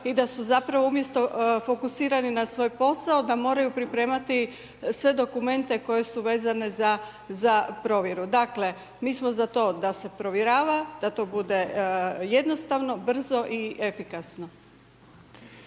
i da su umjesto fokusirani na svoj posao da moraju pripremati sve dokumente koji su vezane za provjeru. Dakle, mi smo za to da se provjerava, da to bude jednostavno, brzo i efikasno.